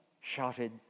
shouted